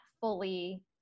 fully